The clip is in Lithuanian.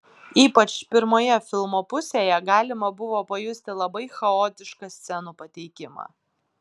ypač pirmoje filmo pusėje galima buvo pajusti labai chaotišką scenų pateikimą